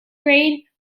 grade